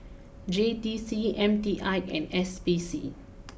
J T C M T I and S P C